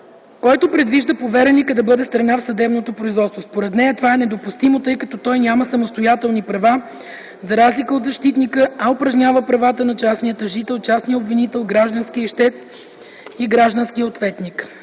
който предвижда повереника да бъде страна в съдебното производство. Според нея това е недопустимо, тъй като той няма самостоятелни права, за разлика от защитника, а упражнява правата на частния тъжител, частния обвинител, гражданския ищец и гражданския ответник.